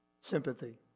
Sympathy